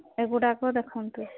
ଏ ଗୁଡ଼ାକ ଦେଖନ୍ତୁ